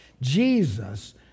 Jesus